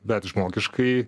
bet žmogiškai